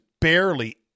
barely